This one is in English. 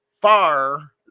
far